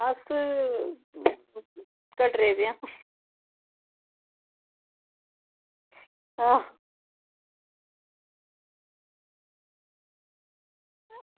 अस कटरे दे आं हां